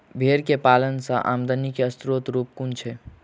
भेंर केँ पालन सँ आमदनी केँ स्रोत केँ रूप कुन छैय?